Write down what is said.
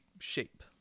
shape